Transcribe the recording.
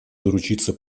заручиться